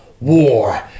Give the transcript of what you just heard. War